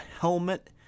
Helmet